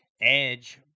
Edge